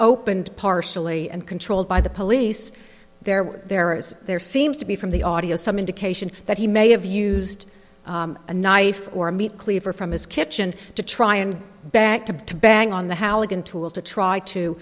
opened partially and controlled by the police there there is there seems to be from the audio some indication that he may have used a knife or a meat cleaver from his kitchen to try and go back to bed to bang on the haugen tool to try to